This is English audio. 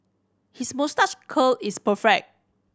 his moustache curl is perfect